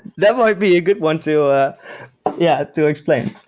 that might be a good one to ah yeah to explain.